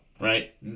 right